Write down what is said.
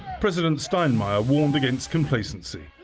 president steinmeier warned against complacency.